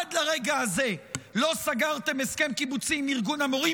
עד לרגע הזה לא סגרתם הסכם קיבוצי עם ארגון המורים,